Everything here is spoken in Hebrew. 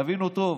תבינו טוב.